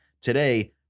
Today